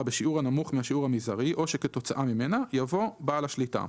בשיעור הנמוך מהשיעור המזערי או שכתוצאה ממנה" יבוא "בעל שליטה"